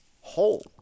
whole